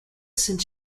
since